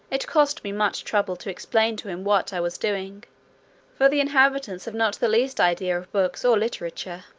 it cost me much trouble to explain to him what i was doing for the inhabitants have not the least idea of books or literature.